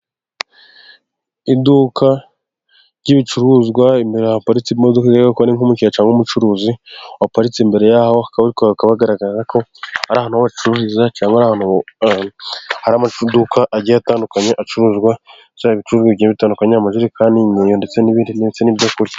Iduka ry'ibicuruzwa, imbere haparitse imodoka, bigaragara ko ari nk'umukiriya cyangwa umucuruzi waparitse imbere yaho, ariko bikaba bigaragaza ko ari ahantu bacururiza, cyangwa hari amaduka agiye atandukanye acuruza ibicuruzwa bitandukanye, amajerekani, imyeyo ndetse n'ibindi ndetse n'ibyo kurya.